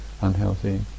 unhealthy